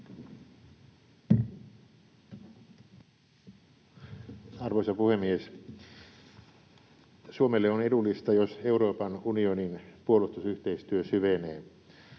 Arvoisa puhemies! Suomelle on edullista, jos Euroopan unionin puolustusyhteistyö syvenee.